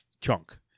chunk